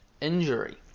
injury